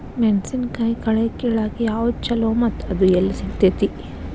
ಮೆಣಸಿನಕಾಯಿ ಕಳೆ ಕಿಳಾಕ್ ಯಾವ್ದು ಛಲೋ ಮತ್ತು ಅದು ಎಲ್ಲಿ ಸಿಗತೇತಿ?